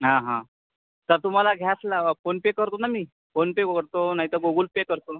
हां हां तर तुम्हाला ह्याचला फोन पे करतो ना मी फोन पे करतो नाही तर गोगूल पे करतो